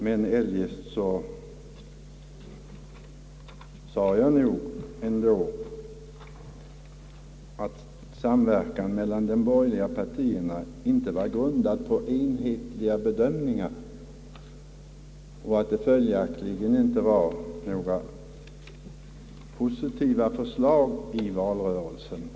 Men eljest sade jag nog ändå att samverkan mellan de borgerliga partierna inte var grundad på enhetliga bedömningar och att det följaktligen inte från det hållet fanns några positiva förslag i valrörelsen.